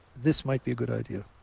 this might be a good idea.